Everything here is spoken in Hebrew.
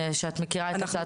שאת מכירה את הצעת החוק הזאת.